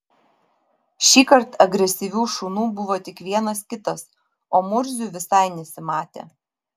šįkart agresyvių šunų buvo tik vienas kitas o murzių visai nesimatė